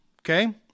Okay